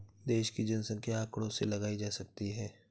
देश की जनसंख्या आंकड़ों से लगाई जा सकती है